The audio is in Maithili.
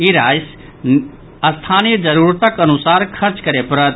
ई राशि स्थानीय जरूरतक अनुसार खर्च करय पड़त